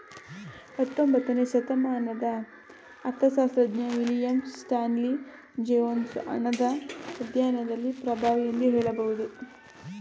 ಹತ್ತೊಂಬತ್ತನೇ ಶತಮಾನದ ಅರ್ಥಶಾಸ್ತ್ರಜ್ಞ ವಿಲಿಯಂ ಸ್ಟಾನ್ಲಿ ಜೇವೊನ್ಸ್ ಹಣದ ಅಧ್ಯಾಯದಲ್ಲಿ ಪ್ರಭಾವಿ ಎಂದು ಹೇಳಬಹುದು